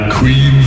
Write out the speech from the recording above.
Queen